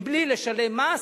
בלי לשלם מס,